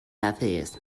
atheist